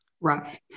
Rough